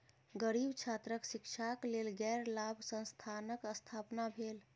गरीब छात्रक शिक्षाक लेल गैर लाभ संस्थानक स्थापना भेल